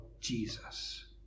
Jesus